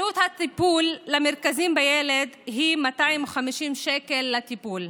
עלות הטיפול במרכזים בילד היא 250 שקל לטיפול.